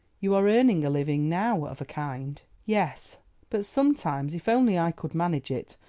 you are earning a living now, of a kind. yes but sometimes, if only i could manage it,